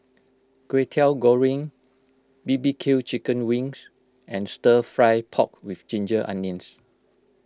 Kwetiau Goreng B B Q Chicken Wings and Stir Fry Pork with Ginger Onions